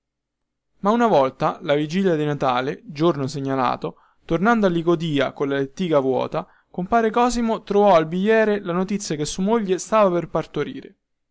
ma una volta la vigilia di natale giorno segnalato tornato a licodia colla lettiga vuota compare cosimo trovò al biviere la notizia che sua moglie stava per partorire